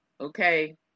Okay